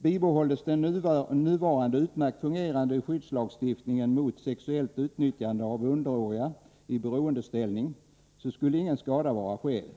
Bibehålls den nuvarande utmärkt fungerande skyddslagstiftningen mot sexuellt utnyttjande av underåriga i beroendeställning, så skulle ingen skada vara skedd.